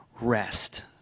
rest